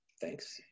Thanks